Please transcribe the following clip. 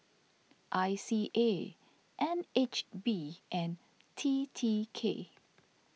I C A N H B and T T K